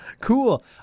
Cool